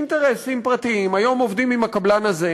אינטרסים פרטיים: היום עובדים עם הקבלן הזה,